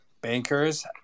bankers